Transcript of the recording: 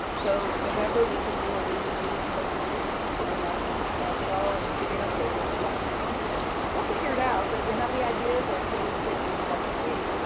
so november, we could do a re-review of something we did you know, last fall and give you an update on where we are with it. so we'll figure it out. but if you have any ideas or anything in particular you'd like see,